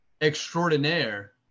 Extraordinaire